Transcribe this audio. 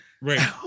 right